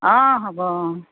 অঁ হ'ব অঁ